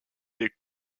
des